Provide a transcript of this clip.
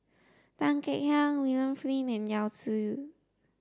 Tan Kek Hiang William Flint and Yao Zi